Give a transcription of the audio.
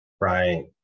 Right